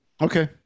Okay